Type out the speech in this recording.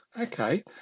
Okay